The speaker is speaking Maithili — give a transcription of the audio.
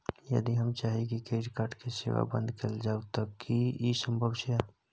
यदि हम चाही की क्रेडिट कार्ड के सेवा बंद कैल जाऊ त की इ संभव छै?